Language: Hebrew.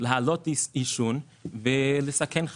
את שיעור העישון וגורמים לסכנת חיים,